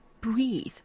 Breathe